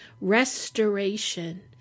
restoration